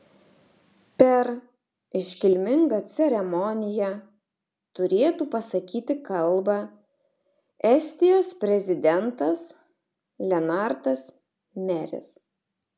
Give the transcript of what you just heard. per iškilmingą ceremoniją turėtų pasakyti kalbą estijos prezidentas lenartas meris